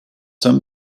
some